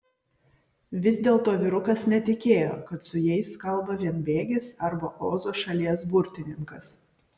vis dėlto vyrukas netikėjo kad su jais kalba vienbėgis arba ozo šalies burtininkas